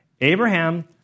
Abraham